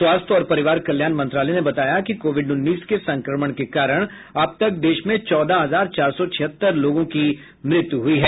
स्वास्थ्य और परिवार कल्याण मंत्रालय ने बताया कि कोविड उन्नीस के संक्रमण के कारण अब तक देश में चौदह हजार चार सौ छिहत्तर लोगों की मृत्यु हुई है